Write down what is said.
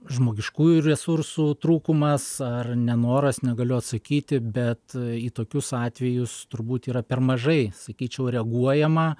žmogiškųjų resursų trūkumas ar nenoras negaliu atsakyti bet į tokius atvejus turbūt yra per mažai sakyčiau reaguojama